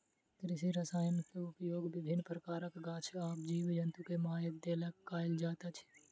कृषि रसायनक उपयोग विभिन्न प्रकारक गाछ आ जीव जन्तु के मारय लेल कयल जाइत अछि